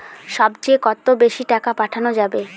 সব চেয়ে কত বেশি টাকা পাঠানো যাবে?